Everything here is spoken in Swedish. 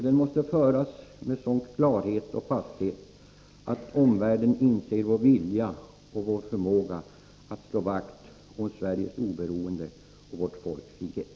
Den måste föras med sådan klarhet och fasthet att omvärlden inser vår vilja och vår förmåga att slå vakt om Sveriges oberoende och vårt folks frihet.